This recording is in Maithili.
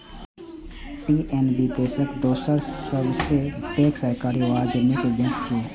पी.एन.बी देशक दोसर सबसं पैघ सरकारी वाणिज्यिक बैंक छियै